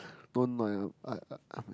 don't my I I I